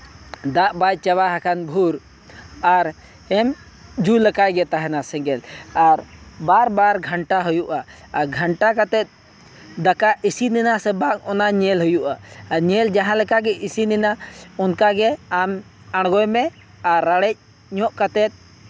ᱫᱟᱜ ᱵᱟᱭ ᱪᱟᱵᱟ ᱟᱠᱟᱱ ᱵᱷᱳᱨ ᱟᱨ ᱡᱩᱞᱟᱠᱟ ᱤᱭᱟᱹ ᱛᱟᱦᱮᱱᱟ ᱥᱮᱸᱜᱮᱞ ᱟᱨ ᱵᱟᱨᱵᱟᱨ ᱜᱷᱟᱱᱴᱟ ᱦᱩᱭᱩᱜᱼᱟ ᱟᱨ ᱰᱷᱟᱱᱴᱟ ᱠᱟᱛᱮᱫ ᱫᱟᱠᱟ ᱤᱥᱤᱱᱮᱱᱟ ᱥᱮ ᱵᱟᱝ ᱚᱱᱟ ᱧᱮᱞ ᱦᱩᱭᱩᱜᱼᱟ ᱟᱨ ᱧᱮᱞ ᱡᱟᱦᱟᱸ ᱞᱮᱠᱟᱜᱮ ᱤᱥᱤᱱᱮᱱᱟ ᱚᱱᱠᱟᱜᱮ ᱟᱢ ᱟᱬᱜᱚᱭ ᱢᱮ ᱟᱨ ᱨᱟᱲᱮᱡᱽ ᱧᱚᱜ ᱠᱟᱛᱮᱫ